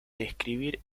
describir